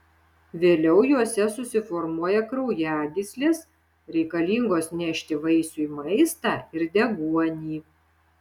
vėliau juose susiformuoja kraujagyslės reikalingos nešti vaisiui maistą ir deguonį